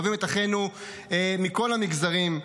אוהבים את אחינו מכל המגזרים.